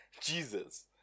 Jesus